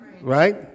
Right